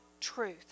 truth